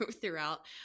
throughout